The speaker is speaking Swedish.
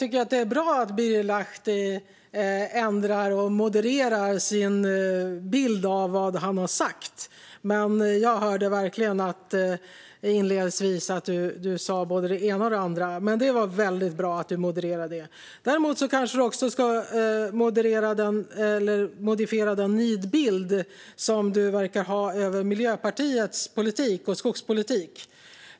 Fru talman! Jag tycker att det är bra att Birger Lahti ändrar och modererar sin bild av vad han har sagt, men jag hörde verkligen inledningsvis att du sa både det ena och det andra. Det var väldigt bra att du modererade det. Du kanske också ska modifiera den nidbild som du verkar ha av Miljöpartiets politik och skogspolitik.